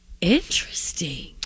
Interesting